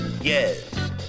Yes